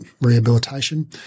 Rehabilitation